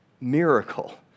miracle